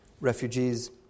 refugees